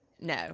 No